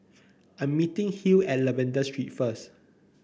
I'm meeting Hill at Lavender Street first